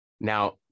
Now